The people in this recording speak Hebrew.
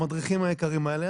המדריכים היקרים האלה,